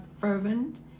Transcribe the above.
fervent